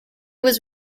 was